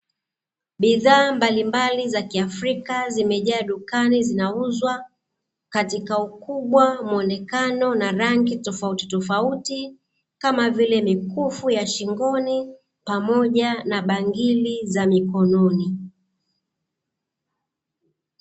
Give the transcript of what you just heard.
Bidhaa mbalimbali za Kiafrika zimejaa dukani zinauzwa katika ukubwa, muonekano na rangi tofauti tofauti. Kama vile; mikufu ya shingoni pamoja na bangili za mikononi.